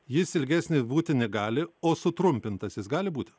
jis ilgesnis būti negali o sutrumpintas jis gali būti